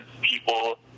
people